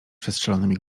przestrzelonymi